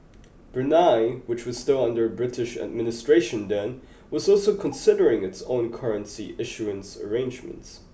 Brunei which was still under British administration then was also considering its own currency issuance arrangements